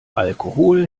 alkohol